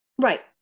Right